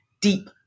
deep